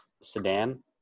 Sedan